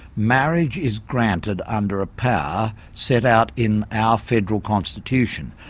marriage is granted under a power set out in our federal constitution.